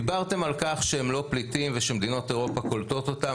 דיברתם על כך שהם לא פליטים ושמדינות אירופה קולטות אותם,